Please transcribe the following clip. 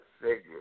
figure